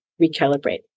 recalibrate